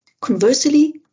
Conversely